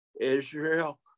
Israel